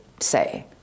say